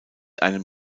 einem